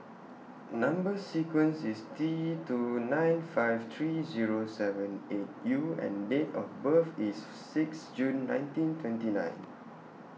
Number sequence IS T two nine five three Zero seven eight U and Date of birth IS six June nineteen twenty nine